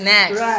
Next